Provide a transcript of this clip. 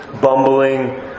bumbling